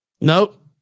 Nope